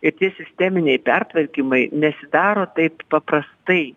ir tie sisteminiai pertvarkymai nesidaro taip paprastai